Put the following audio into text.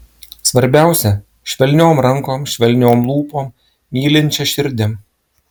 svarbiausia švelniom rankom švelniom lūpom mylinčia širdim